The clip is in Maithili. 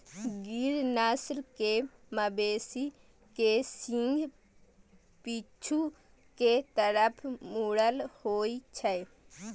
गिर नस्ल के मवेशी के सींग पीछू के तरफ मुड़ल होइ छै